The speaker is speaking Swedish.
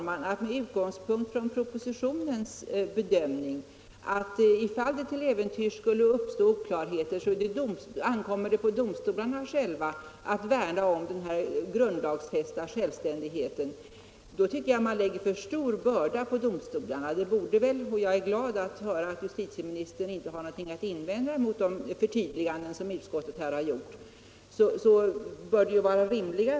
Med utgångspunkt från propositionens bedömning att om det till äventyrs skulle uppstå oklarheter ankommer det på domstolarna själva att värna om den grundlagsfästa självständigheten tycker jag, herr talman, att propositionen bort vara så klarläggande som möjligt. Jag är glad att höra att justitieministern inte har någonting att invända mot de förtydliganden som utskottet har gjort.